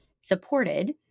supported